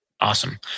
Awesome